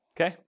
Okay